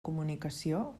comunicació